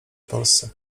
polsce